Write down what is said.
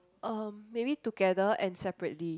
um maybe together and separately